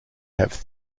have